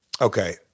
okay